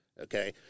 okay